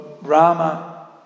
Rama